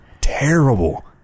Terrible